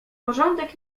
porządek